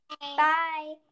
Bye